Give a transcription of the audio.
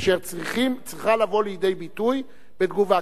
אשר צריכה לבוא לידי ביטוי בתגובה.